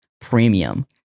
premium